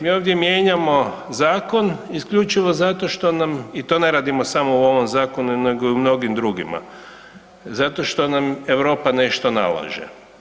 Mi ovdje mijenjamo Zakon isključivo zato što nam, i to ne radimo samo u ovom Zakonu, nego i u mnogim drugim, zato što nam Europa nešto nalaže.